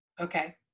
Okay